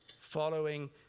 following